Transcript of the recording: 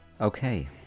Okay